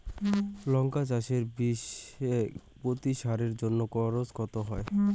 লঙ্কা চাষে বিষে প্রতি সারের জন্য খরচ কত হয়?